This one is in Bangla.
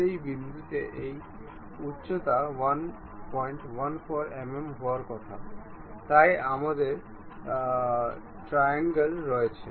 সেই বিন্দুতে এই উচ্চতা 114 mm হওয়ার কথা তাই আমাদের ট্রায়াঙ্গল রয়েছে